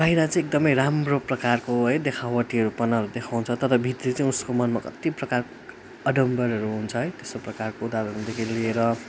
बाहिर चाहिँ एकदमै राम्रो प्रकारको है देखावटीहरूपना देखाउँछ तर भित्री चाहिँ उसको मनमा कति प्रकारको आडम्बरहरू हुन्छ है त्यस्तो प्रकारको उदारणहरूदेखि लिएर